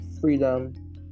freedom